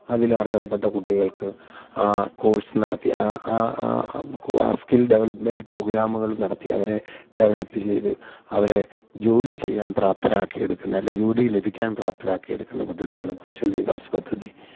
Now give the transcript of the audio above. അതിൽ അര്ഹതപ്പെട്ട കുട്ടികള്ക്ക് ആ കോഴ്സ് നടത്തി ആ ആ ആ ആ സ്കില് ഡെവലപ്മെന്റ് പ്രോഗ്രാമുകള് നടത്തി അവരെ ഡെവലപ്പ് ചെയ്ത് അവരെ ജോലി ചെയ്യാന് പ്രാപ്തരാക്കി എടുക്കുന്നത് അല്ലേ ജോലി ലഭിക്കാന് പ്രാപ്തരാക്കിയെടുക്കുന്ന പദ്ധതിയാണ് കൗശല് വികാസ് പദ്ധതി